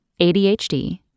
ADHD